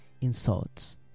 insults